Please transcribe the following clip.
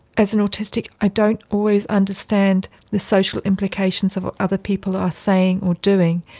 as an autistic i don't always understand the social implications of what other people are saying or doing.